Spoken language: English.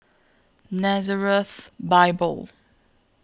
Nazareth Bible